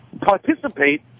participate